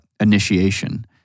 initiation